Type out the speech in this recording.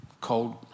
cold